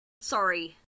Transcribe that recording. Sorry